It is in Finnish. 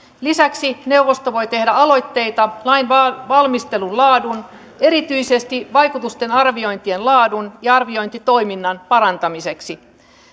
lisäksi neuvosto voi tehdä aloitteita lainvalmistelun laadun erityisesti vaikutusten arviointien laadun ja arviointitoiminnan parantamiseksi